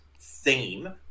theme